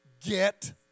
get